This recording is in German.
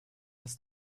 ist